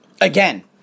again